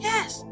Yes